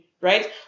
right